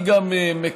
אני גם מקדם,